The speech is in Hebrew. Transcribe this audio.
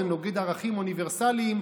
זה נוגד ערכים אוניברסליים.